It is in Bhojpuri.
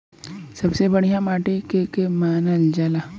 सबसे बढ़िया माटी के के मानल जा?